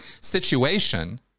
situation